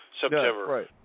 september